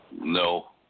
No